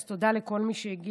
אז תודה לכל מי שהגיע.